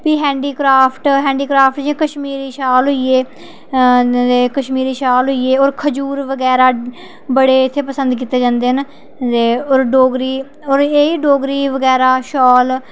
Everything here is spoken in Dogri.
भी हैंडीक्रॉफ्ट हैंडीक्रॉफ्ट जि'यां कश्मीरी शॉल होइये होर खजूर बगैरा बड़े इत्थें पसंद कीतके जंदे न ते होर डोगरी ते एह् डोगरी बगैरा शॉल